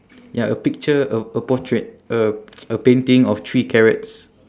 ya a picture a a portrait a a painting of three carrots